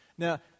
Now